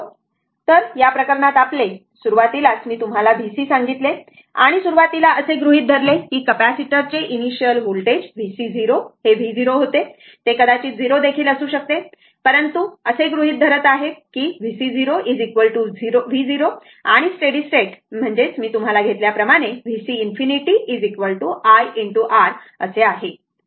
तर या प्रकरणात आपले म्हणून सुरुवातीलाच मी तुम्हाला vc सांगितले आणि सुरुवातीला असे गृहीत धरले की कॅपेसिटरचे इनिशिअल व्होल्टेज Vc v0 होते ते कदाचित 0 देखील असू शकते परंतु असे गृहित धरत आहेत की Vc v0 आणि स्टेडी स्टेट मी तुम्हाला घेतल्याप्रमाणे vc ∞ I R आहे